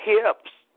Hips